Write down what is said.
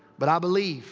but i believe